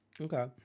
Okay